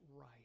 right